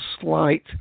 slight